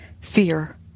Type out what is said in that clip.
FEAR